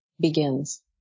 begins